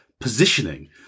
positioning